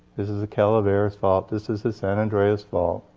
this is the calaveras fault. this is the san andreas fault.